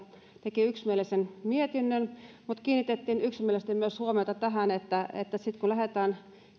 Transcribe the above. teki yksimielisen mietinnön mutta kiinnitettiin yksimielisesti myös huomiota tähän että sitten kun lähdetään